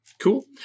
Cool